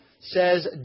says